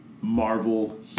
Marvel